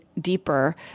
deeper